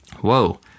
Whoa